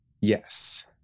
Yes